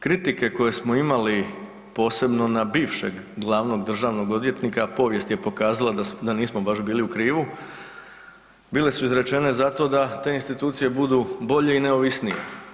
Kritike koje smo imali posebno na bivšeg glavnog državnog odvjetnika povijest je pokazala da nismo baš bili u krivu, bile su izrečene zato da te institucije budu bolje i neovisnije.